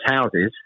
houses